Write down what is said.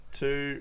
two